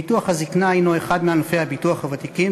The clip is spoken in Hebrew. ביטוח הזיקנה הנו אחד מענפי הביטוח הוותיקים